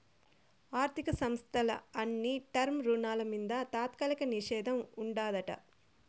ఆర్థిక సంస్థల అన్ని టర్మ్ రుణాల మింద తాత్కాలిక నిషేధం ఉండాదట